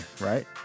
right